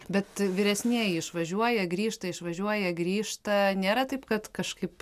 bet vyresnieji išvažiuoja grįžta išvažiuoja grįžta nėra taip kad kažkaip